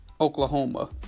Oklahoma